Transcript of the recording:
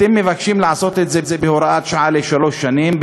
אתם מבקשים לעשות את זה בהוראת שעה לשלוש שנים,